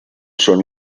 schon